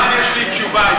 הפעם יש לי תשובה.